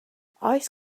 oes